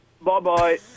Bye-bye